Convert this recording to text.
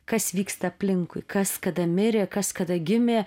kas vyksta aplinkui kas kada mirė kas kada gimė